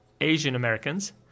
Asian-Americans